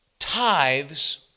Tithes